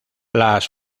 las